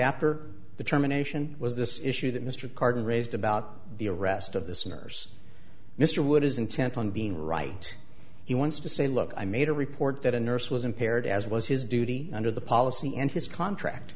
after the terminations was this issue that mr carden raised about the arrest of the centers mr wood is intent on being right he wants to say look i made a report that a nurse was impaired as was his duty under the policy and his contract